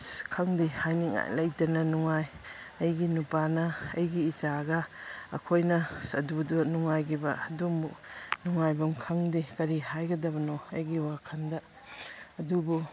ꯑꯁ ꯈꯪꯗꯦ ꯍꯥꯏꯅꯤꯡꯉꯥꯏ ꯂꯩꯇꯅ ꯅꯨꯡꯉꯥꯏ ꯑꯩꯒꯤ ꯅꯨꯄꯥꯅ ꯑꯩꯒꯤ ꯏꯆꯥꯒ ꯑꯩꯈꯣꯏꯅ ꯑꯗꯨꯗ ꯅꯨꯡꯉꯥꯏꯒꯤꯕ ꯑꯗꯨꯃꯨꯛ ꯅꯨꯡꯉꯥꯏꯕꯝ ꯈꯪꯗꯦ ꯀꯔꯤ ꯍꯥꯏꯒꯗꯕꯅꯣ ꯑꯩꯒꯤ ꯋꯥꯈꯟꯗ ꯑꯗꯨꯕꯨ